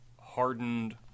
hardened